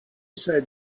said